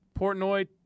Portnoy